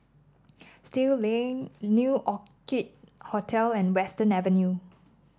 Still Lane New Orchid Hotel and Western Avenue